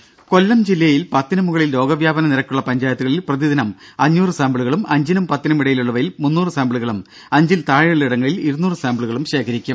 ദേദ കൊല്ലം ജില്ലയിൽ പത്തിന് മുകളിൽ രോഗവ്യാപന നിരക്കുള്ള പഞ്ചായത്തുകളിൽ പ്രതിദിനം അഞ്ഞൂറ് സാമ്പിളുകളും അഞ്ചിനും പത്തിനും ഇടയിലുള്ളവയിൽ മുന്നൂറ് സാമ്പിളുകളും അഞ്ചിൽ താഴെയുള്ള ഇടങ്ങളിൽ ഇരുനൂറ് സാമ്പിളുകളും ശേഖരിക്കും